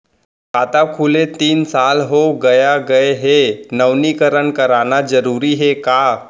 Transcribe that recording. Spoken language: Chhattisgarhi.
खाता खुले तीन साल हो गया गये हे नवीनीकरण कराना जरूरी हे का?